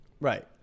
right